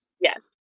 Yes